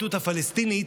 הפליטות הפלסטינית,